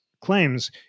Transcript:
claims